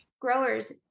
growers